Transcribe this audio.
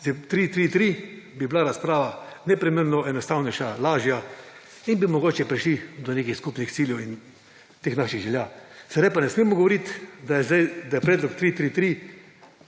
s 3+3+3, bi bila razprava neprimerno enostavnejša, lažja in bi mogoče prišli do nekih skupnih ciljev in teh naših želja. Sedaj pa ne smemo govoriti, da je predlog 3+3+3